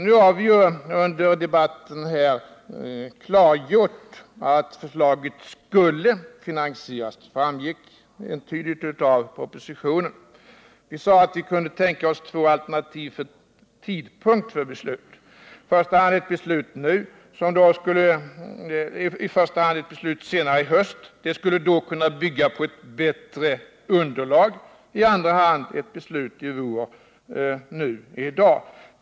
Nu har vi ju under debatten klargjort att förslaget skulle finansieras; det framgick entydigt av propositionen. Vi sade att vi kunde tänka oss två alternativa tidpunkter för beslutet. I första hand gällde det ett beslut senare i höst, som då skulle kunna bygga på ett bättre underlag, och i andra hand ett beslut nu i dag.